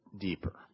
deeper